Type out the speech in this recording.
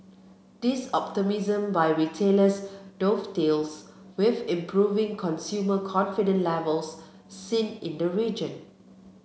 this optimism by retailers dovetails with improving consumer confidence levels seen in the region